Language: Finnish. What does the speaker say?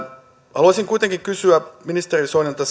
haluaisin kuitenkin kysyä ministeri soinilta